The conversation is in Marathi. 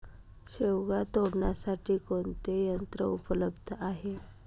शेवगा तोडण्यासाठी कोणते यंत्र उपलब्ध आहे?